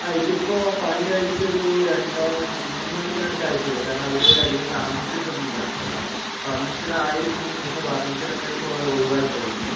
ആ ഇതിപ്പോൾ പണി കഴിഞ്ഞിട്ടൊരു രണ്ടോ മൂന്ന് കൊല്ലത്തിനടുത്തേ ആയിട്ടുള്ളൂ കാരണം അവര് അധികം താമസിച്ചിട്ടൊന്നുമില്ല ഫർണിഷിട് ആയിരുന്നു പക്ഷെ ഫർണിച്ചർ ഒക്കെ ഇപ്പോൾ ഒഴിവാക്കി അതിൽ നിന്ന്